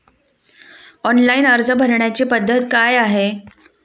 Online अर्ज भरण्याची पद्धत काय आहे?